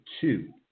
two